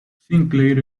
sinclair